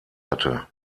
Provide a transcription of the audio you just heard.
hatte